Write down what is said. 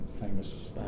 famous